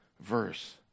verse